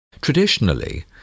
Traditionally